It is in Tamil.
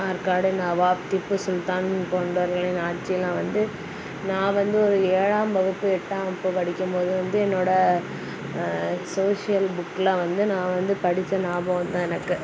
ஆற்காடு நவாப் திப்பு சுல்தான் போன்றவர்களின் ஆட்சியெல்லாம் வந்து நான் வந்து ஒரு ஏழாம் வகுப்பு எட்டாம் வகுப்பு படிக்கும் போது வந்து என்னோடய சோஷியல் புக்ல வந்து நான் வந்து படித்த ஞாபகம் தான் எனக்கு